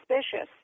suspicious